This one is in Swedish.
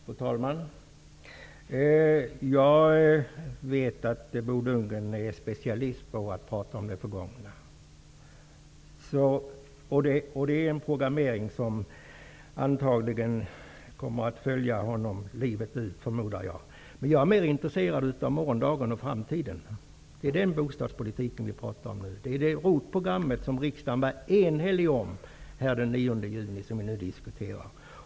Fru talman! Jag vet att Bo Lundgren är specialist på att prata om det förgångna. Det är en programmering som antagligen kommer att följa honom livet ut. Jag är mer intresserad av morgondagen och framtiden. Det är den bostadspolitiken vi pratar om nu. Det är det ROT program som riksdagen fattade ett enhälligt beslut om den 9 juni som vi nu diskuterar.